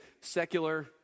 secular